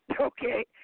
okay